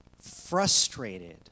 frustrated